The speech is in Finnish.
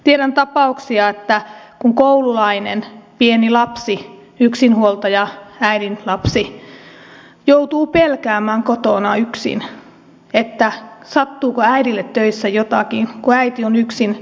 tiedän tapauksia että koululainen pieni lapsi yksinhuoltajaäidin lapsi joutuu pelkäämään kotona yksin sattuuko äidille töissä jotakin kun äiti on yksin iltavuorossa